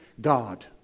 God